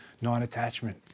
non-attachment